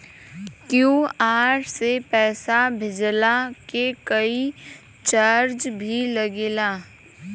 QR से पैसा भेजला के कोई चार्ज भी लागेला?